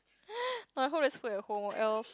I hope there's food at home or else